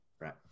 right